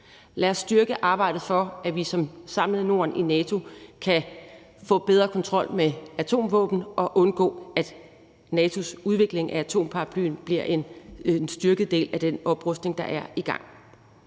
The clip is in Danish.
Lad os styrke arbejdet for, at vi som et samlet Norden i NATO kan få bedre kontrol med atomvåben og undgå, at NATO's udvikling af atomparaplyen bliver en styrket del af den oprustning, der er i gang.